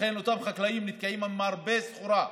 לכן אותם חקלאים נתקעים עם הרבה סחורה,